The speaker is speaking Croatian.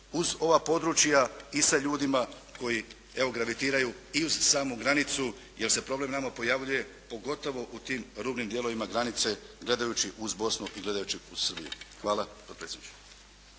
uz ova područja i sa ljudima koji, evo gravitiraju i uz samu granicu jer se problem nama pojavljuje pogotovo u tim rubnim dijelovima granice gledajući uz Bosnu i gledajući uz Srbiju. Hvala